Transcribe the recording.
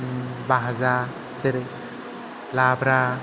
बाहाजा जेरै लाब्रा